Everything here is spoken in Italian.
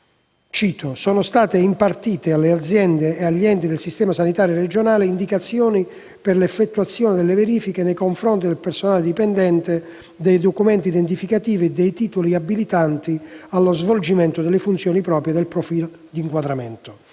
2010, «sono state impartite alle aziende ed enti del sistema sanitario regionale indicazioni per l'effettuazione delle verifiche, nei confronti del personale dipendente, dei documenti identificativi e dei titoli abilitanti allo svolgimento delle funzioni proprie del profilo di inquadramento».